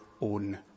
own